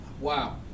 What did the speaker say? Wow